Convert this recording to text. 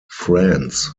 france